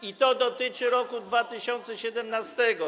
i to dotyczy roku 2017.